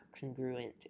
congruent